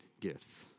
gifts